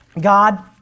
God